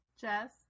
jess